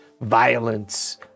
violence